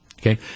Okay